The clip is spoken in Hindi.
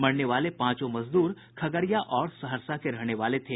मरने वाले पांचों मजदूर खगड़िया और सहरसा के रहने वाले थे